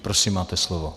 Prosím máte slovo.